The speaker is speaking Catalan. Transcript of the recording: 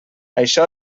això